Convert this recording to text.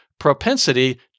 propensity